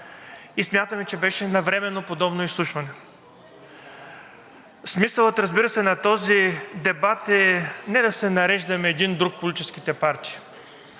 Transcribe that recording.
и смятаме, че беше навременно подобно изслушване. Смисълът на този дебат е не да се нареждаме един друг политическите партии.